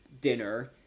dinner